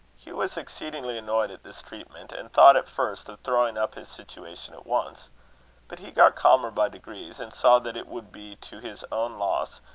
hugh was exceedingly annoyed at this treatment, and thought, at first, of throwing up his situation at once but he got calmer by degrees, and saw that it would be to his own loss,